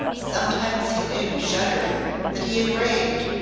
sometimes he knew shuddering that he had raved.